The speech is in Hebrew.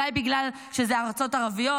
אולי בגלל שזה ארצות ערביות,